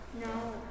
No